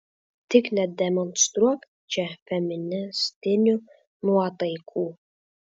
tik nedemonstruok čia feministinių nuotaikų